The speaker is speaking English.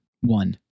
one